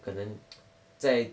可能 在